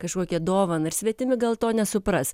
kažkokią dovaną ir svetimi gal to nesupras